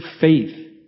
faith